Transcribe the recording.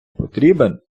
потрібен